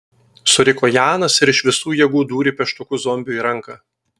suriko janas ir iš visų jėgų dūrė pieštuku zombiui į ranką